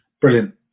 brilliant